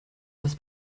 das